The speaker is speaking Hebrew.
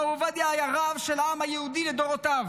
הרב עובדיה היה רב של העם היהודי לדורותיו.